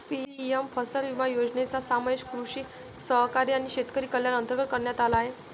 PM फसल विमा योजनेचा समावेश कृषी सहकारी आणि शेतकरी कल्याण अंतर्गत करण्यात आला आहे